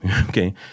Okay